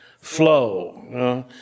flow